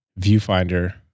viewfinder